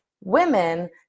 women